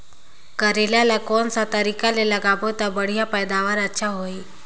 करेला ला कोन सा तरीका ले लगाबो ता बढ़िया पैदावार अच्छा होही?